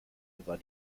war